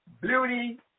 Beauty